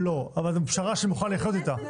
לא, אבל זו פשרה שאני מוכן לחיות איתה.